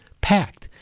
packed